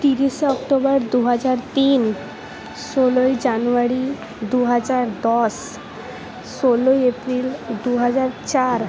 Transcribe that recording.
তিরিশে অক্টোবর দুহাজার তিন ষোলোই জানুয়ারি দুহাজার দশ ষোলোই এপ্রিল দুহাজার চার